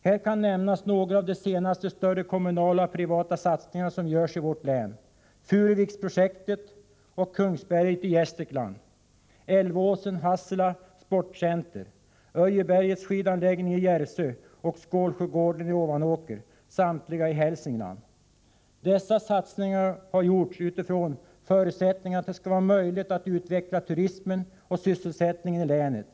Här kan nämnas några av de senaste större kommunala och privata satsningar som görs i vårt län: Furuviksprojektet och Kungsberget i Gästrikland, Älvåsen-Hassela sportcenter, Öjebergets skidanläggning i Järvsö och Skålsjögården i Ovanåker, samtliga i Hälsingland. Dessa satsningar har gjorts utifrån förutsättningen att det skall vara möjligt att utveckla turismen och sysselsättningen i länet.